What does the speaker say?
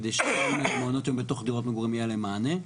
כדי שכל המעונות שהם בתוך דירות מגורים יהיה עליהם מענה.